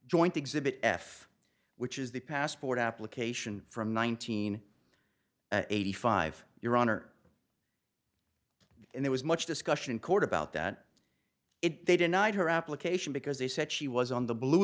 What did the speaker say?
joint exhibit f which is the passport application from nineteen eighty five your honor and there was much discussion in court about that they denied her application because they said she was on the blue